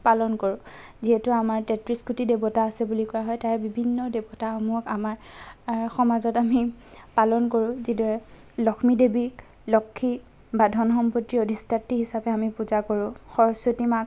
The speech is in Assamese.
পালন কৰোঁ যিহেতু আমাৰ এই তেত্ৰিছ কোটি দেৱতা আছে বুলি কোৱা হয় তাৰে বিভিন্ন দেৱতাসমূহক আমাৰ সমাজত আমি পালন কৰোঁ যিদৰে লক্ষ্মী দেৱীক লক্ষীক বা ধন সম্পত্তিৰ অধিষ্ঠাত্ৰী হিচাপে আমি পূজা কৰোঁ সৰস্বতী মাক